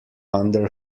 under